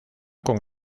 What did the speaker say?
con